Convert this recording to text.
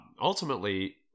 ultimately